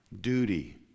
duty